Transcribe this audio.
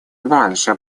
больше